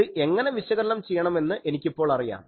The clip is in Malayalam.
ഇത് എങ്ങനെ വിശകലനം ചെയ്യണം എന്ന് എനിക്ക് ഇപ്പോൾ അറിയാം